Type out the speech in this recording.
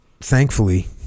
Thankfully